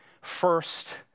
first